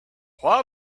why